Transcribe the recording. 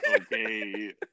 okay